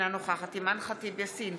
אינה נוכחת אימאן ח'טיב יאסין,